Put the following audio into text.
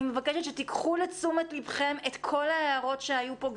מבקשת שתיקחו לתשומת ליבכם את כל ההערות שהיו פה,